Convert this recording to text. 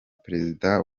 perezida